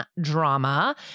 drama